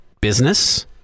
business